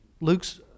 Luke's